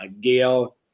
Gail